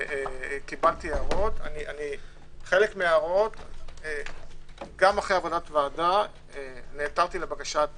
חלק מההערות גם אחרי ועדה נעתרתי לבקשת